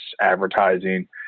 advertising